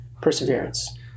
perseverance